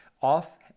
off